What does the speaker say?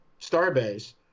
starbase